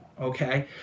okay